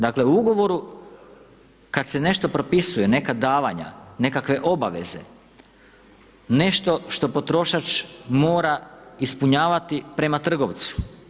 Dakle, u ugovoru, kada se nešto propisuje neka davanja, nekakve obaveze, nešto što potrošač mora ispunjavati prema trgovcu.